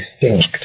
distinct